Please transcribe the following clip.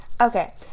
okay